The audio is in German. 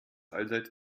allseits